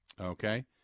Okay